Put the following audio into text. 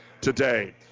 today